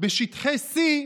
"בשטחי C,